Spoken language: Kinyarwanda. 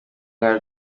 nka